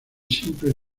simples